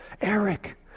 Eric